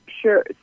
Sure